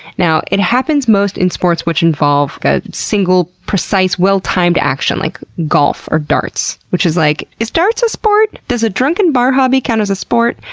now, it happens most in sports which involve a single, precise, well-timed action like golf or darts. which is like, is darts a sport? does a drunken bar hobby count as a sport?